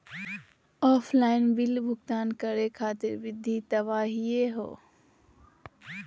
Offline bill भुगतान करे खातिर विधि बताही हो?